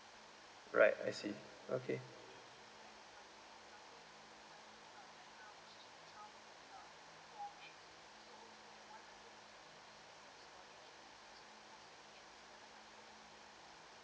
right I see okay